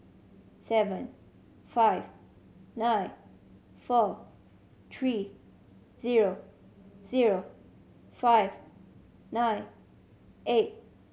seven five nine four three zero zero five nine eight